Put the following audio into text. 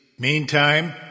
Meantime